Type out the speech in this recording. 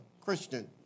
Christian